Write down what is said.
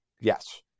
Yes